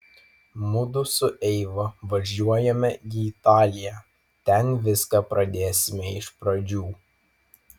mudu su eiva važiuojame į italiją ten viską pradėsime iš pradžių